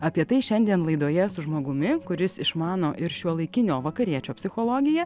apie tai šiandien laidoje su žmogumi kuris išmano ir šiuolaikinio vakariečio psichologiją